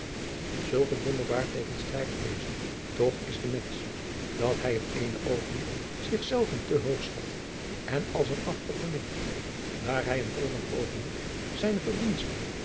zulk een wonderbaar tegenstrijdig wezen toch is de mensch dat hij het ééne oogenblik zich zelven te hoog schat en als een afgod bemint daar hij een volgend oogenblik zijne verdiensten